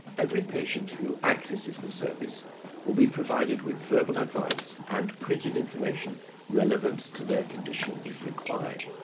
every patient who accesses the service will be provided with verbal advice, and printed information relevant to their condition if required.